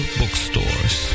bookstores